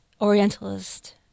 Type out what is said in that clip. Orientalist